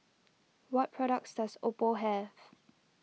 what products does Oppo have